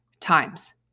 times